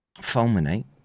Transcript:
fulminate